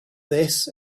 this